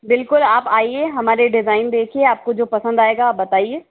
बिल्कुल आप आइए हमारे डिज़ाइन देखिए आपको जो पसंद आएगा बताइए